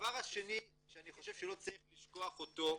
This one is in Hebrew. והדבר השני שאני חושב שלא צריך לשכוח אותו,